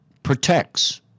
Protects